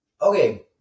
Okay